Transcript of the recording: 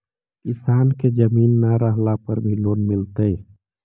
किसान के जमीन न रहला पर भी लोन मिलतइ?